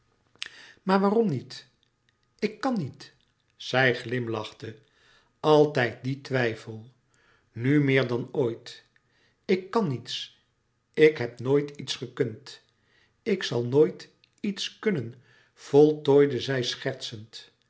maar waarom niet ik kan niet louis couperus metamorfoze zij glimlachte altijd die twijfel nu meer dan ooit ik kan niets ik heb nooit iets gekund ik zal nooit iets kunnen voltooide zij schertsend